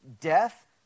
death